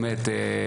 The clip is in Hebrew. באמת,